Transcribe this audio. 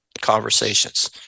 conversations